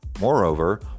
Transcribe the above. Moreover